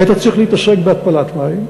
היית צריך להתעסק בהתפלת מים,